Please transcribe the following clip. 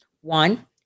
One